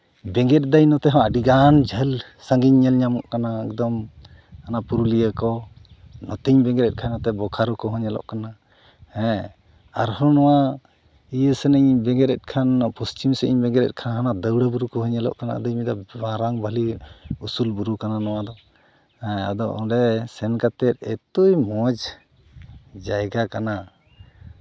ᱵᱮᱸᱜᱮᱫ ᱫᱟᱹᱧ ᱱᱚᱛᱮ ᱦᱚᱸ ᱟᱹᱰᱤᱜᱟᱱ ᱡᱷᱟᱹᱞ ᱥᱟᱺᱜᱤᱧ ᱧᱮᱞ ᱧᱟᱢᱚᱜ ᱠᱟᱱᱟ ᱮᱠᱫᱚᱢ ᱚᱱᱟ ᱯᱩᱨᱩᱞᱤᱭᱟᱹ ᱠᱚ ᱱᱚᱛᱮᱧ ᱵᱮᱸᱜᱮᱫᱮᱜ ᱠᱷᱟᱱ ᱱᱚᱛᱮ ᱵᱳᱠᱟᱨᱳ ᱠᱚᱦᱚᱸ ᱧᱮᱞᱚᱜ ᱠᱟᱱᱟ ᱦᱮᱸ ᱟᱨᱦᱚᱸ ᱱᱚᱣᱟ ᱤᱭᱟᱹ ᱥᱮᱱᱮᱧ ᱵᱮᱸᱜᱮᱫᱮᱜ ᱠᱷᱟᱱ ᱯᱚᱥᱪᱤᱢ ᱥᱮᱫ ᱤᱧ ᱵᱮᱸᱜᱮᱫᱮᱜ ᱠᱷᱟᱱ ᱦᱟᱱᱟ ᱫᱟᱹᱣᱲᱟᱹ ᱵᱩᱨᱩ ᱠᱚᱦᱚᱸ ᱧᱮᱞᱚᱜ ᱠᱟᱱᱟ ᱟᱫᱚᱧ ᱢᱮᱱᱫᱟ ᱢᱟᱨᱟᱝ ᱵᱷᱟᱹᱞᱤ ᱩᱥᱩᱞ ᱵᱩᱨᱩ ᱠᱟᱱᱟ ᱱᱚᱣᱟᱫᱚ ᱦᱮᱸ ᱟᱫᱚ ᱚᱸᱰᱮ ᱥᱮᱱ ᱠᱟᱛᱮᱫ ᱮᱛᱚ ᱢᱚᱡᱽ ᱡᱟᱭᱜᱟ ᱠᱟᱱᱟ